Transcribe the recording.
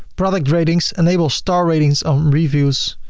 product ratings. enable star ratings on reviews.